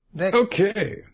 Okay